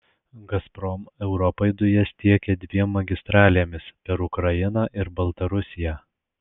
gazprom europai dujas tiekia dviem magistralėmis per ukrainą ir baltarusiją